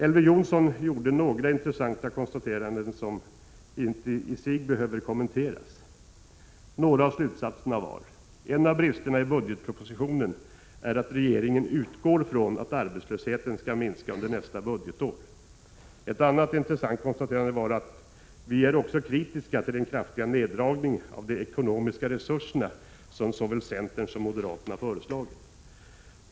Elver Jonsson gjorde några intressanta konstateranden, som i och för sig inte behöver kommenteras. En av slutsatserna var detta: En av bristerna i budgetpropositionen är att regeringen utgår ifrån att arbetslösheten skall minska under nästa budgetår. Ett annat intressant konstaterande var detta: Vi är också kritiska till den kraftiga neddragning av de ekonomiska resurserna som såväl centern som moderaterna har föreslagit.